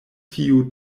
tiu